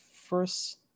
first